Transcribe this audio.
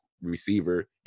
receiver